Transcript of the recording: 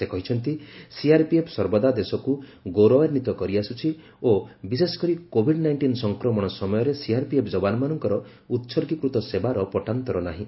ସେ କହିଛନ୍ତି ସିଆର୍ପିଏଫ୍ ସର୍ବଦା ଦେଶକୁ ଗୌରବାନ୍ୱିତ କରିଆସୁଛି ଓ ବିଶେଷ କରି କୋଭିଡ୍ ନାଇଷ୍ଟିନ୍ ସଂକ୍ରମଣ ସମୟରେ ସିଆର୍ପିଏଫ୍ ଯବାନମାନଙ୍କର ଉତ୍ଗୀକୃତ ସେବାର ପଟାନ୍ତର ନାହିଁ